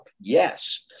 Yes